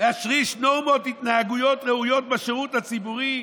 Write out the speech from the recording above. להשריש נורמות התנהגות ראויות בשירות הציבורי.